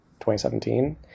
2017